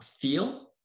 feel